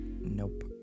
Nope